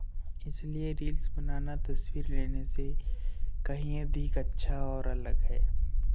इसलिए रील्स बनाना तस्वीर लेने से कहीं अधिक अच्छा और अलग है